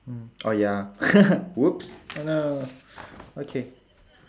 mm oh ya whoops oh no okay